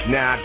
Now